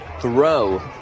throw